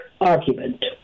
argument